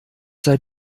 sei